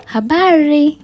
Habari